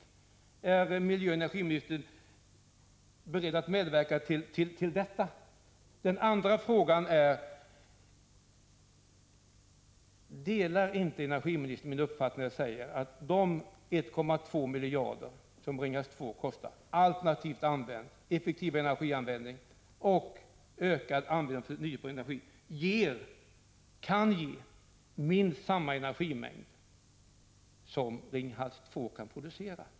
Är miljöoch energiministern beredd att medverka till detta? Den andra frågan är: Delar energiministern min uppfattning när jag säger att de 1,2 miljarder som Ringhals 2 kostar alternativt använd — effektivare energianvändning och ökad andel förnyelsebar energi — skulle ge minst samma energimängd som Ringhals 2 kan producera?